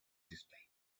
display